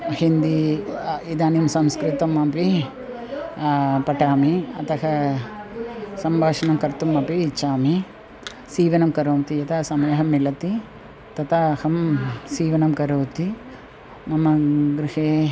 हिन्दी इदानीं संस्कृतमपि पठामि अतः सम्भाषणं कर्तुमपि इच्छामि सीवनं करोमि यदा समयः मिलति तदा अहं सीवनं करोमि मम गृहे